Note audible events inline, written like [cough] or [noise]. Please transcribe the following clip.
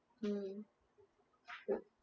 mm [noise]